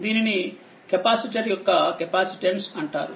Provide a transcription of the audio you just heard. దీనిని కెపాసిటర్ యొక్క కెపాసిటన్స్ అంటారు